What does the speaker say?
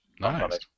Nice